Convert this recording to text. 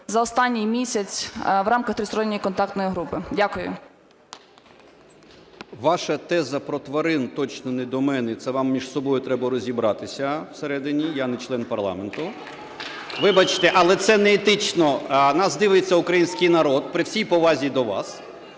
за останній місяць в рамках Тристоронньої контактної групи? Дякую. 10:38:57 РЕЗНІКОВ О.Ю. Ваша теза про тварин точно не до мене. Це вам між собою треба розібратися всередині, я не член парламенту. Вибачте, але це неетично, нас дивиться український народ, при всій повазі до вас.